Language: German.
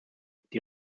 die